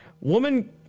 Woman